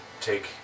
take